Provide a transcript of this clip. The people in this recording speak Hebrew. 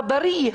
הבריא,